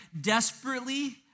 desperately